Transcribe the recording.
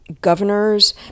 Governors